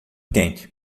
quente